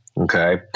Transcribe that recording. okay